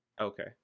Okay